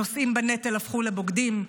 הנושאים בנטל הפכו לבוגדים,